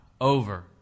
over